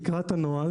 תקרא את הנוהל.